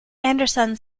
anderson